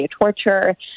torture